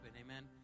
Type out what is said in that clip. Amen